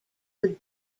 would